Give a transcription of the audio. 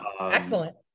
excellent